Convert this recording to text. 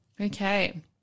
Okay